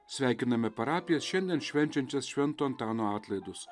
sveikiname parapijas šiandien švenčiančias švento antano atlaidus